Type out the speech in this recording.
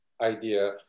idea